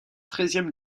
treizième